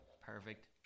Perfect